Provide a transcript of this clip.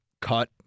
cut